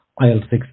IL-6